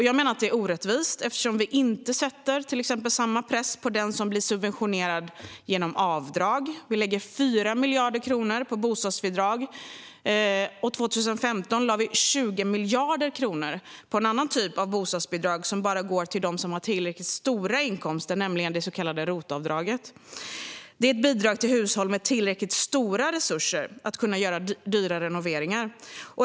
Jag menar att detta är orättvist eftersom vi inte sätter samma press på till exempel den som blir subventionerad genom avdrag. Vi lägger 4 miljarder kronor på bostadsbidrag, men 2015 lade vi 20 miljarder på en annan typ av bostadsbidrag som bara går till dem som har tillräckligt stora inkomster, nämligen det så kallade ROT-avdraget. Det är ett bidrag till hushåll med tillräckligt stora resurser att kunna göra dyra renoveringar.